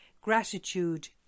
gratitude